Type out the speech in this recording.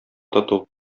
тоту